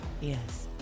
Yes